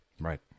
Right